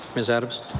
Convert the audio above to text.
ms. adams.